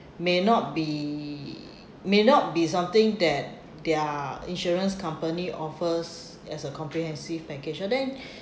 may not be may not be something that their insurance company offers as a comprehensive package lah then